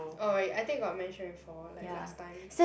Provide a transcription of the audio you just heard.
oh I think you got mention before like last time